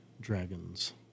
dragons